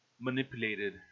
manipulated